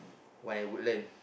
one at Woodland